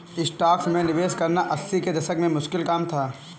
stocks में निवेश करना अस्सी के दशक में मुश्किल काम था